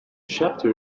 chapter